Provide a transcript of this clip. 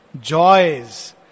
joys